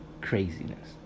craziness